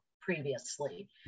previously